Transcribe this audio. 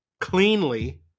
cleanly